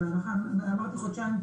אמרתי חודשיים,